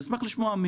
אשמח לשמוע,